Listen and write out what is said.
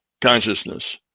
consciousness